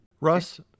Russ